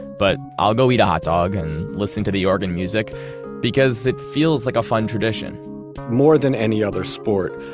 but i'll go eat a hot dog and listen to the organ music because it feels like a fun tradition more than any other sport,